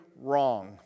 wrong